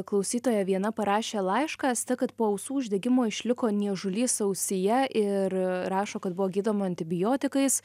klausytoja viena parašė laišką asta kad po ausų uždegimo išliko niežulys ausyje ir rašo kad buvo gydoma antibiotikais